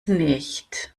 nicht